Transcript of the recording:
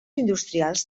industrials